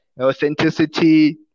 authenticity